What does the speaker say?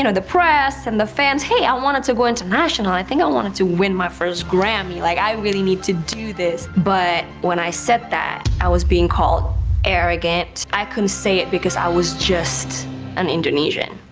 you know the press and the fans, hey, i wanted to go international. i think i wanted to win my first grammy. like, i really need to do this. but when i said that, i was being called arrogant. i couldn't say it because i was just an indonesian.